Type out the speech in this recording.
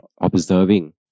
observing